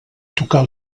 tocar